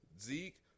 Zeke